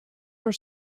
are